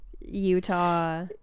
Utah